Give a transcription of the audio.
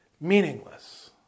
meaningless